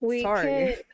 sorry